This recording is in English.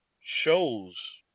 shows